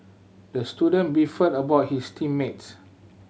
the student beefed about his team mates